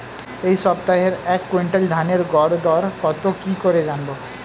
এই সপ্তাহের এক কুইন্টাল ধানের গর দর কত কি করে জানবো?